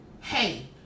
hey